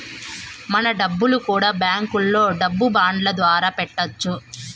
మన డబ్బులు కూడా బ్యాంకులో డబ్బు బాండ్ల ద్వారా పెట్టొచ్చు